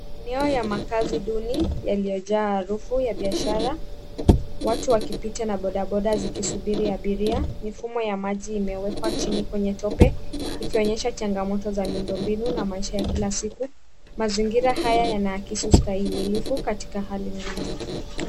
Eneo ya makazi duni, yaliyojaa harufu ya biashara. Watu wakipita na bodaboda zikisubiri abiria. Mifumo ya maji imewekwa chini kwenye tope, ikionyesha changamoto za miundombinu ya maisha ya kila siku. Mazingira haya yanaakisi ustahimilifu katika hali duni.